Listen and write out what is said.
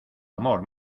amor